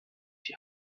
die